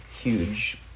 huge